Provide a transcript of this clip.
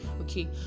okay